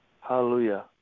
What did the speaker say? Hallelujah